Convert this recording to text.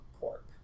Corp